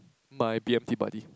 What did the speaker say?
my b_m_t buddy